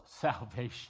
salvation